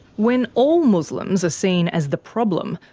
when all muslims are seen as the problem,